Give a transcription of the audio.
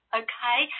okay